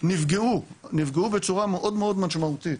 נפגעו בצורה מאוד משמעותית.